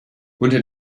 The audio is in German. unter